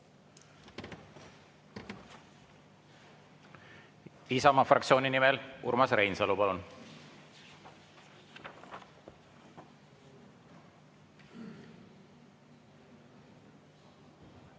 Isamaa fraktsiooni nimel Urmas Reinsalu, palun!